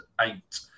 eight